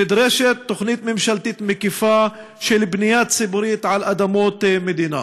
נדרשת תוכנית ממשלתית מקיפה של בנייה ציבורית על אדמות מדינה.